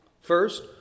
First